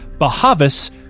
Bahavis